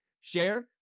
share